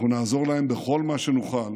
אנחנו נעזור להם בכל מה שנוכל